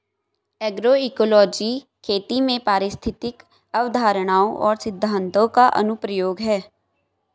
agroecology खेती में पारिस्थितिक अवधारणाओं और सिद्धांतों का अनुप्रयोग है